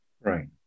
Right